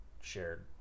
shared